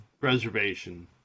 preservation